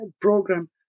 program